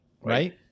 Right